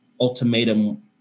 ultimatum